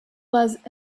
was